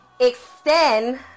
extend